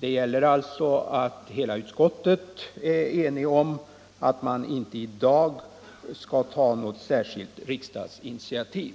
Hela utskottet är alltså enigt om att man i dag inte skall ta något särskilt riksdagsinitiativ.